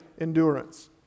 endurance